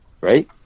Right